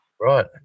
right